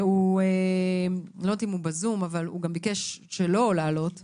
והוא גם ביקש שלא לעלות בזום.